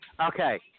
Okay